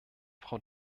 frau